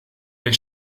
der